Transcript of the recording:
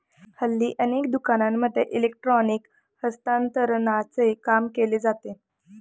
हल्ली अनेक दुकानांमध्ये इलेक्ट्रॉनिक हस्तांतरणाचे काम केले जाते